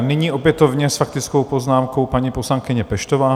Nyní opětovně s faktickou poznámkou paní poslankyně Peštová.